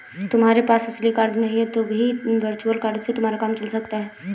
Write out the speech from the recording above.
तुम्हारे पास असली कार्ड नहीं है तो भी वर्चुअल कार्ड से तुम्हारा काम चल सकता है